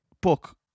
book